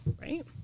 Right